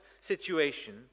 situation